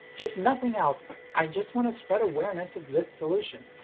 if nothing else, i just want to spread awareness of this solution.